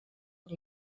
per